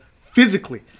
physically